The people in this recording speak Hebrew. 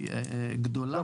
המנוהל כ-30% ממנו נמצא בחו"ל,